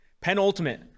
penultimate